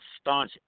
staunch